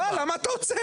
לא, למה אתה עוצר?